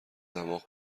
دماغ